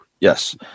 Yes